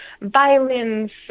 violence